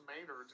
Maynard